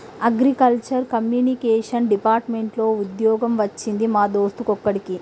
agriculture communication department లో వుద్యోగం వచ్చింది మా దోస్తు కొడిక్కి